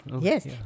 Yes